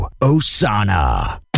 Osana